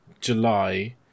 July